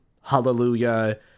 hallelujah